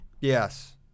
Yes